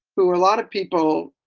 who were a lot of people